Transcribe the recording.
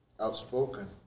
outspoken